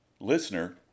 Listener